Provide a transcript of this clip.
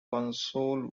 console